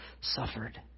suffered